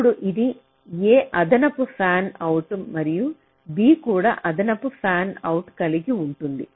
ఇప్పుడు ఇది a అదనపు ఫ్యాన్అవుట్ మరియు b కూడా అదనపు ఫ్యాన్అవుట్ను కలిగి ఉంటుంది